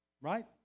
Right